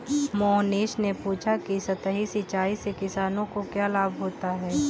मोहनीश ने पूछा कि सतही सिंचाई से किसानों को क्या लाभ होता है?